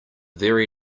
very